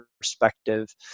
perspective